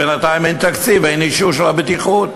בינתיים אין תקציב ואין אישור בטיחות.